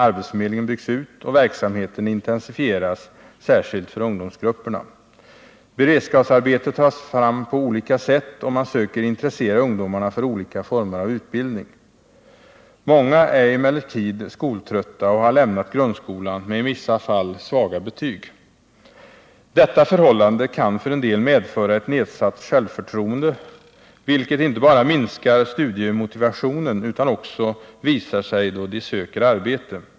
Arbetsförmedlingen byggs ut och verksamheten intensifieras särskilt för ungdomsgrupperna. Beredskapsarbete tas fram på olika sätt, och man söker intressera ungdomarna för olika former av utbildning. Många är emellertid skoltrötta och har lämnat grundskolan med i vissa fall svaga betyg. Detta förhållande kan för en del medföra ett nedsatt självförtroende, vilket inte bara minskar studiemotivationen utan också visar sig då de söker arbete.